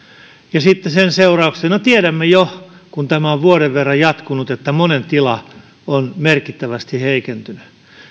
ja sen seurauksena tiedämme jo kun tämä on vuoden verran jatkunut että monen tila on merkittävästi heikentynyt